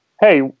hey